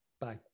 Bye